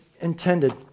intended